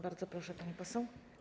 Bardzo proszę, pani poseł.